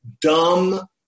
dumb